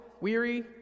weary